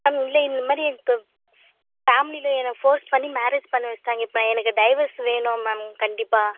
ma'am இல்லை இந்த மாதிரி எனக்கு ஃபேமிலியில் என்னை ஃபோர்ஸ் பண்ணி மேரேஜ் பண்ணி வச்சிட்டாங்க இப்போ எனக்கு டைவர்ஸ் வேணும் மேம் கண்டிப்பாக